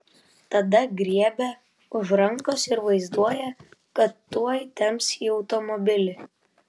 tada griebia už rankos ir vaizduoja kad tuoj temps į automobilį